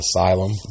Asylum